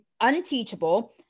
Unteachable